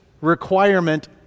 requirement